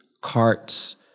Carts